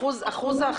שלום.